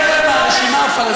מהרשימה הפלסטינית,